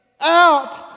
out